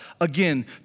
again